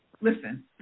listen